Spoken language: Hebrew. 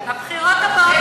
בבחירות הבאות כולם ידעו.